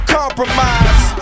compromise